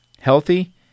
healthy